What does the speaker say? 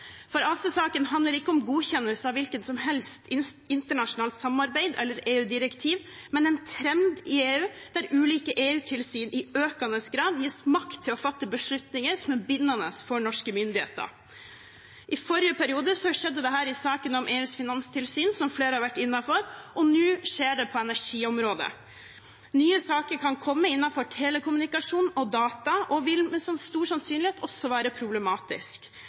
For ACER-saken handler ikke om godkjennelse av hvilket som helst internasjonalt samarbeid eller EU-direktiv, men en trend i EU der ulike EU-tilsyn i økende grad gis makt til å fatte beslutninger som er bindende for norske myndigheter. I forrige periode skjedde dette i saken om EUs finanstilsyn, som flere har vært inne på, og nå skjer det på energiområdet. Nye saker kan komme innenfor telekommunikasjon og data og vil med stor sannsynlighet også være